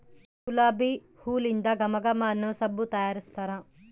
ಗುಲಾಬಿ ಹೂಲಿಂದ ಘಮ ಘಮ ಅನ್ನೊ ಸಬ್ಬು ತಯಾರಿಸ್ತಾರ